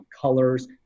colors